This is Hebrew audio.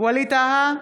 ווליד טאהא,